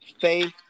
faith